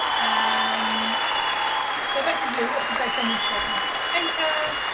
and so effectively, what did they demonstrate in this paper?